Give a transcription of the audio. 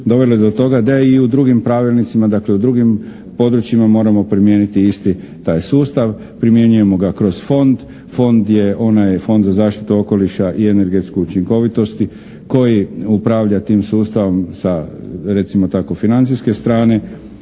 dovele do toga da je i u drugim pravilnicima, dakle u drugim područjima moramo primijeniti isti taj sustav. Primjenjujemo ga kroz fond, fond je onaj Fond za zaštitu okoliša i energetsku učinkovitost koji upravlja tim sustavom sa recimo tako financijske strane